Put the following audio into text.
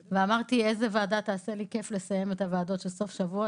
ואמרתי: איזו ועדה תעשה לי כיף לסיים את הוועדות של סוף שבוע?